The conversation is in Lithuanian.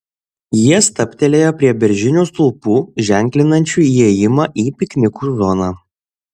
jie stabtelėjo prie beržinių stulpų ženklinančių įėjimą į piknikų zoną